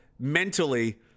mentally